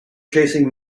chasing